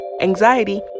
anxiety